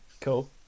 cool